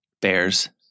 Bears